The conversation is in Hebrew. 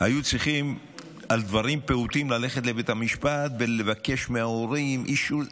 שהיו צריכים על דברים פעוטים ללכת לבית המשפט ולבקש מההורים אישור.